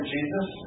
Jesus